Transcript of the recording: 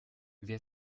wer